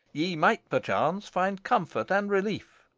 ye might perchance find comfort and relief.